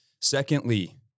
Secondly